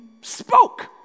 spoke